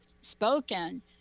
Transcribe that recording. spoken